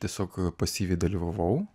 tiesiog pasyviai dalyvavau